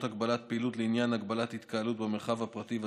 הגבלת פעילות לעניין הגבלת התקהלות במרחב הפרטי והציבורי,